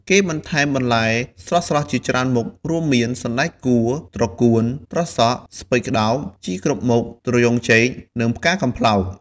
គេបន្ថែមបន្លែស្រស់ៗជាច្រើនមុខ រួមមាន សណ្ដែកកួរ ត្រកួន ត្រសក់ ស្ពៃក្ដោប ជីគ្រប់មុខ ត្រយូងចេក និងផ្កាកំប្លោក។